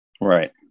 Right